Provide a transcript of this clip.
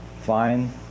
fine